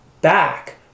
back